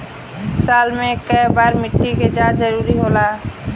साल में केय बार मिट्टी के जाँच जरूरी होला?